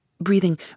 breathing